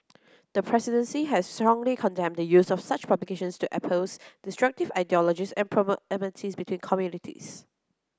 the presidency has strongly condemned the use of such publications to destructive ideologies and promote enmities between communities